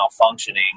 malfunctioning